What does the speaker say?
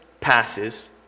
passes